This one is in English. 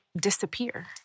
disappear